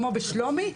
כמו בשלומי,